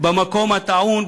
במקום הטעון,